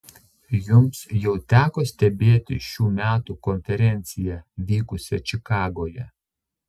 jums jau teko stebėti šių metų konferenciją vykusią čikagoje